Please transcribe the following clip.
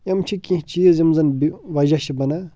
یِم چھِ کیٚنٛہہ چیٖز یِم زَن بے وجہ چھِ بنان